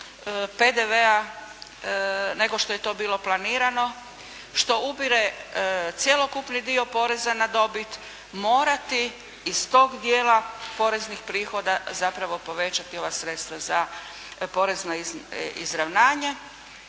PDV-a nego što je to bilo planirano, što ubire cjelokupni dio poreza na dobit morati iz tog dijela poreznih prihoda zapravo povećati ova sredstva za porezno izravnanje